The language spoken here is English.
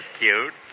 cute